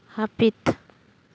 ᱦᱟᱯᱤᱛ